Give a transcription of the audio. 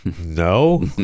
No